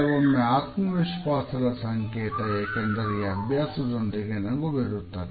ಕೆಲವೊಮ್ಮೆ ಆತ್ಮವಿಶ್ವಾಸದ ಸಂಕೇತ ಏಕೆಂದರೆ ಈ ಅಭ್ಯಾಸದೊಂದಿಗೆ ನಗು ವಿರುತ್ತದೆ